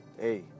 hey